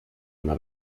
una